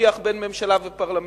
בשיח בין ממשלה ופרלמנט.